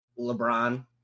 LeBron